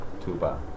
Tuba